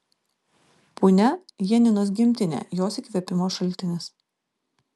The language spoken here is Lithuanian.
punia janinos gimtinė jos įkvėpimo šaltinis